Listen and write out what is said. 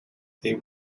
they